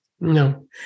No